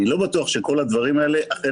אני לא בטוח שכל הדברים האלה אכן